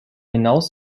hinaus